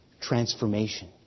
transformation